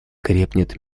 крепнет